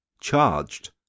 charged